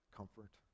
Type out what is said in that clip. comfort